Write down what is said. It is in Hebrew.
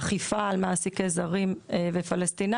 אכיפה על מעסיקי זרים ופלשתינאים,